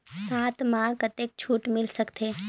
साथ म कतेक छूट मिल सकथे?